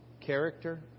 character